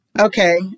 Okay